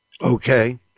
okay